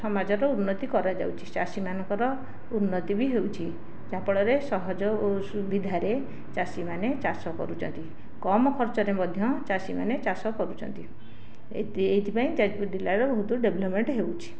ସମାଜର ଉନ୍ନତି କରାଯାଉଛି ଚାଷୀ ମାନଙ୍କର ଉନ୍ନତି ବି ହେଉଛି ଯାହାଫଳରେ ସହଜ ଓ ସୁବିଧାରେ ଚାଷୀମାନେ ଚାଷ କରୁଛନ୍ତି କମ୍ ଖର୍ଚ୍ଚରେ ମଧ୍ୟ ଚାଷୀମାନେ ଚାଷ କରୁଛନ୍ତି ଏଇଥିପାଇଁ ଯାଜପୁର ଜିଲ୍ଲାର ବହୁତ ଡେଭଲପ୍ମେଣ୍ଟ ହେଉଛି